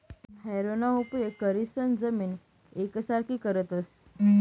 हॅरोना उपेग करीसन जमीन येकसारखी करतस